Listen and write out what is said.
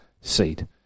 seed